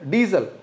Diesel